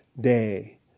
day